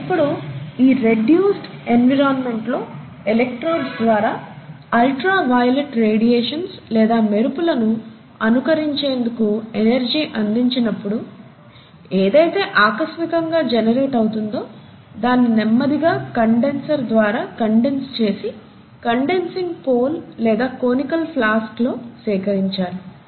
ఇప్పుడు ఈ reduced environment లో ఎలెక్ట్రోడ్స్ ద్వారా అల్ట్రా వయొలెట్ రేడియేషన్స్ లేదా మెరుపులులను అనుకరించేందుకు ఎనర్జీ అందించినప్పుడు ఏదైతే ఆకస్మికంగా జెనరేట్ అవుతుందో దాన్నినెమ్మదిగా కండెన్సర్ ద్వారా కండెన్స్ చేసి కండెన్సింగ్ పోల్ లేదా కొనికల్ ఫ్లాస్క్ లో సేకరించాలి